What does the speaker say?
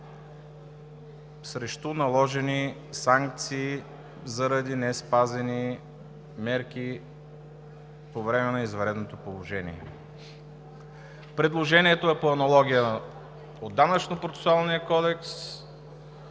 срещу наложени санкции заради неспазени мерки по време на извънредното положение. Предложението е по аналогия от Данъчнопроцесуалния кодекс,